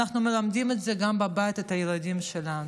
אנחנו מלמדים את זה גם בבית, את הילדים שלנו: